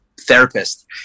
therapist